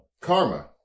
karma